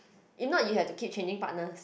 if not you had to keep changing partners